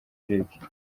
lick